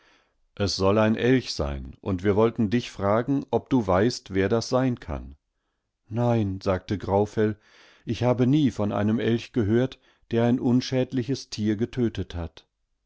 es soll ein elch sein und wollten wir dich fragen ob du weißt wer das sein kann nein sagte graufell ich habe nie von einem elch gehört der ein unschädliches tier getötethat